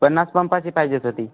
पन्नास पंपाची पाहिजेच होती